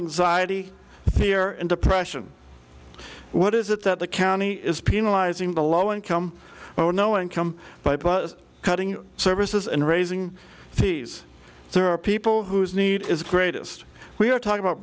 anxiety here and depression what is it that the county is penalizing the low income or no income by cutting services and raising fees there are people whose need is greatest we are talking about